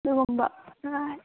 ꯑꯗꯨꯒꯨꯝꯕ